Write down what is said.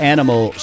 Animal